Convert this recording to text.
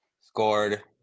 scored